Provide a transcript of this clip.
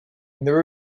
there